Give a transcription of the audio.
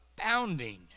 abounding